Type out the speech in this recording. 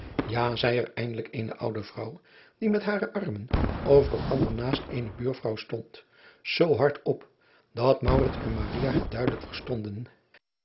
a zeî er eindelijk eene oude vrouw die met hare armen over elkander naast eene buurvrouw stond zoo hard op dat en het duidelijk verstonden